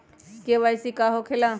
KYC का हो के ला?